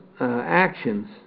actions